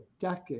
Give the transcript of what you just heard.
decade